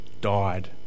died